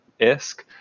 isk